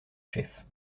chef